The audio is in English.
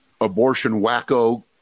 abortion-wacko